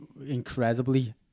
incredibly